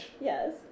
Yes